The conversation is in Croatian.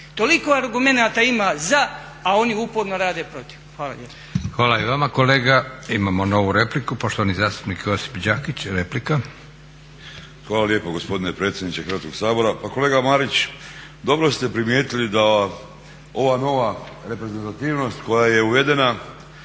lijepa. **Leko, Josip (SDP)** Hvala i vama kolega. Imamo novu repliku, poštovani zastupnik Josip Đakić replika. **Đakić, Josip (HDZ)** Hvala lijepo gospodine predsjedniče Hrvatskog sabora. Pa kolega Marić, dobro ste primijetili da ova nova reprezentativnost koja je uvedena